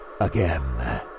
Again